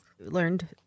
learned